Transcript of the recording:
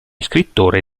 scrittore